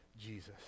Jesus